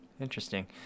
Interesting